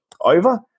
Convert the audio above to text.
over